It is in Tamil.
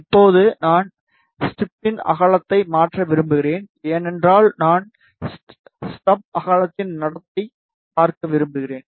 இப்போது நான் ஸ்டபின் அகலத்தை மாற்ற விரும்புகிறேன் ஏனென்றால் நான் ஸ்டப் அகலத்தின் நடத்தை பார்க்க விரும்புகிறேன்